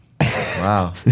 wow